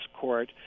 court